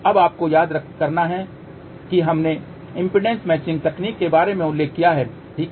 अब आपको याद करना है कि हमने इम्पीडेन्स मैचिंग तकनीक के बारे में उल्लेख किया है ठीक है